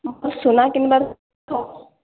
ମୋତେ ସୁନା କିଣିବାର ଥିଲା